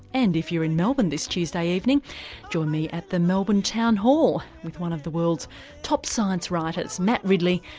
and if you're in melbourne this tuesday evening join me at the melbourne town hall with one of the world's top science writers, mat ridley,